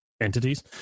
entities